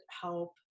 help